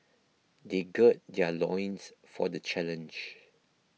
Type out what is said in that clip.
they gird their loins for the challenge